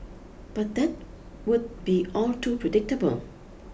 but that would be all too predictable